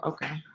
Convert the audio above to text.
Okay